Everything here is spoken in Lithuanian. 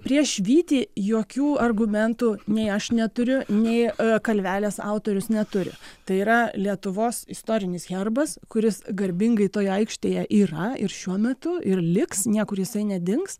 prieš vytį jokių argumentų nei aš neturiu nei kalvelės autorius neturi tai yra lietuvos istorinis herbas kuris garbingai toje aikštėje yra ir šiuo metu ir liks niekur jisai nedings